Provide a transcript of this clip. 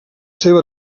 seva